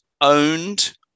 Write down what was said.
owned